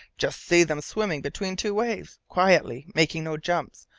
just see them swimming between two waves, quietly, making no jumps.